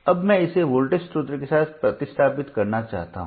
अब मैं इसे वोल्टेज स्रोत के साथ प्रतिस्थापित करना चुनता हूं